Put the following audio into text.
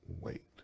wait